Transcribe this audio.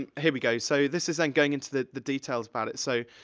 and here we go, so, this isn't going into the the details about it, so,